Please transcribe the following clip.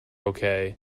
okay